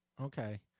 Okay